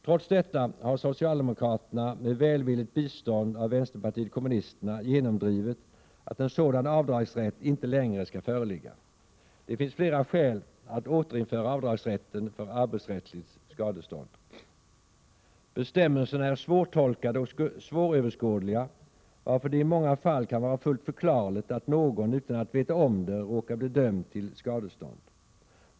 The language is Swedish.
Trots detta har socialdemokraterna med välvilligt bistånd av vänsterpartiet kommunisterna genomdrivit att en sådan avdragsrätt inte längre skall föreligga. Det finns flera skäl att återinföra avdragsrätten för arbetsrättsligt skadestånd. De arbetsrättsliga bestämmelserna är svårtolkade och svåröverskådliga, varför det i många fall kan vara fullt förklarligt att någon utan att veta om det råkar bli dömd till skadestånd.